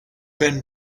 been